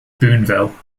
boonville